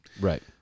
Right